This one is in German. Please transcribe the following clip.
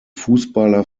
fußballer